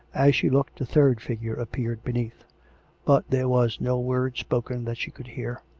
as she looked, a third figure appeared beneath but there was no word spoken that she could hear.